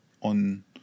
on